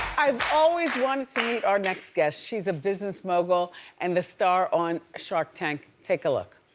i've always wanted to meet our next guest. she's a business mogul and the star on shark tank. take a look.